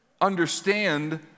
understand